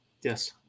Yes